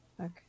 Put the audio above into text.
Okay